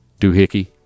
Doohickey